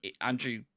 Andrew